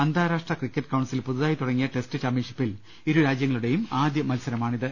അന്താരാഷ്ട്ര cricket council പുതുതായി തുടങ്ങിയ ടെസ്റ്റ് ചാമ്പ്യൻഷിപ്പിൽ ഇരു രാജ്യങ്ങളുടെയും ആദ്യ മത്സരമാണിത്